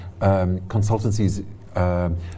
consultancies